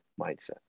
mindset